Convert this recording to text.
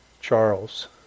Charles